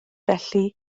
felly